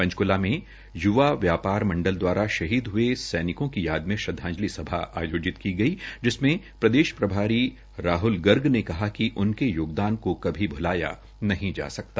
पंचक्ला में य्वा व्यापार मंडल दवारा शहीद हये सैनिकों को याद में श्रदधांजलि सभा आयोजित की गई जिसमें प्रदेश प्रभारी राहुल गर्ग ने कहा कि उनके योगदान को कभी ब्लाया नहीं जा सकता